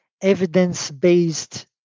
evidence-based